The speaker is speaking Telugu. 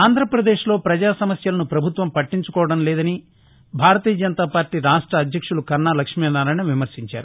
ఆంధ్రప్రదేశ్ లో ప్రజా సమస్యలను ప్రభుత్వం పట్టించుకోవడం లేదని భారతీయ జనతాపార్టీ రాష్ట అధ్యక్షులు కన్నా లక్ష్మినారాయణ విమర్చించారు